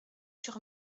sur